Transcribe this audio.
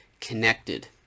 connected